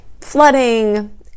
flooding